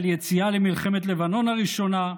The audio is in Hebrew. על יציאה למלחמת לבנון הראשונה,